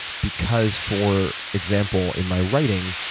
because for example in my writing,